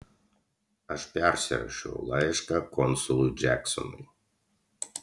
aš persirašiau laišką konsului džeksonui